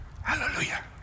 Hallelujah